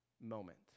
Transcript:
moment